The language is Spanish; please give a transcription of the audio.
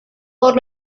por